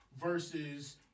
versus